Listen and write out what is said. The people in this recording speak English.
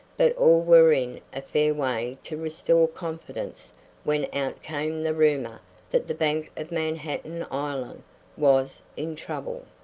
but all were in a fair way to restore confidence when out came the rumor that the bank of manhattan island was in trouble.